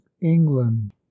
England